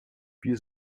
wir